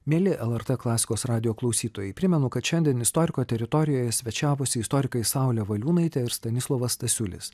mieli lrt klasikos radijo klausytojai primenu kad šiandien istoriko teritorijoje svečiavosi istorikai saulė valiūnaitė ir stanislovas stasiulis